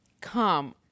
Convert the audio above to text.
Come